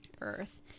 Earth